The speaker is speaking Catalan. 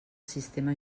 sistema